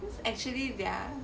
actually their